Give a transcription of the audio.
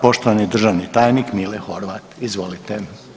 Poštovani državni tajnik Mile Horvat, izvolite.